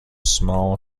small